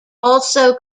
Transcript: also